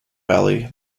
valley